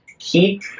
Keep